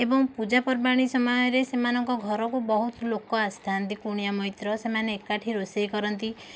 ଏବଂ ପୂଜା ପର୍ବାଣୀ ସମୟରେ ସେମାନଙ୍କ ଘରକୁ ବହୁତ ଲୋକ ଆସିଥାନ୍ତି କୁଣିଆ ମୈତ୍ର ସେମାନେ ଏକାଠି ରୋଷେଇ କରନ୍ତି